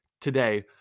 today